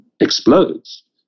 explodes